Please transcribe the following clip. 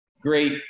great